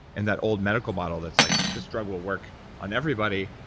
and that old medical bottle that's like this drug will work on everybody,